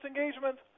engagement